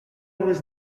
was